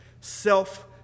Self